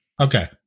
Okay